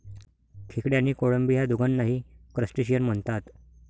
खेकडे आणि कोळंबी या दोघांनाही क्रस्टेशियन म्हणतात